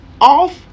off